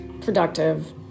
productive